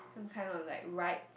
kind of like ride